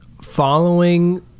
following